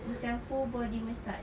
macam full body massage